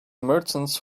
merchants